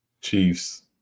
Chiefs